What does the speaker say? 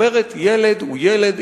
אומרת: ילד הוא ילד,